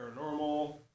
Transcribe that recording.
paranormal